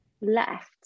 left